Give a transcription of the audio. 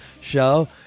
show